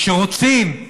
שרוצים,